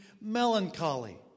melancholy